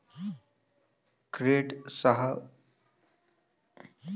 credit ಸಾಹಸೋದ್ಯಮ ಬಂಡವಾಳ ದೇಣಿಗೆಗಳು ಅನುದಾನಗಳು ಉಳಿತಾಯ ಸಬ್ಸಿಡಿಗಳು ತೆರಿಗೆಗಳು ನಿಧಿಯ ಮೂಲ ಆಗ್ಯಾವ